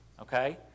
Okay